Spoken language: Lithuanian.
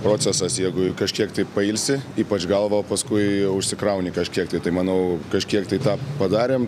procesas jeigu kažkiek tai pailsi ypač galvą o paskui jau užsikrauni kažkiek tai tai manau kažkiek tai tą padarėm